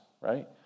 right